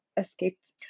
escaped